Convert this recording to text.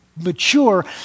mature